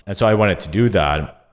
and so i wanted to do that.